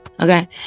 okay